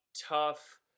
tough